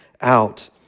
out